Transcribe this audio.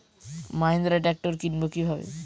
Mahindra tractor কিনবো কি ভাবে?